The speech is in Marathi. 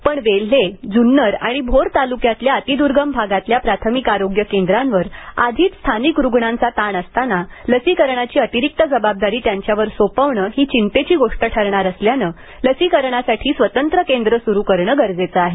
पण वेल्हे जुन्नर आणि भोर तालुक्यातल्या अतिदुर्गम भागातल्या प्राथमिक आरोग्य केंद्रांवर आधीच स्थानिक रुग्णांचा ताण असताना लसीकरणाची अतिरिक्त जबाबदारी त्यांच्यावर सोपवणे चिंतेची गोष्ट ठरणार असल्याने लसीकरणासाठी स्वतंत्र केंद्र सुरु करणे गरजेचे आहे